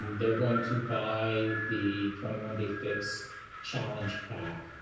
um they're going to buy the twenty one day fix challenge pack,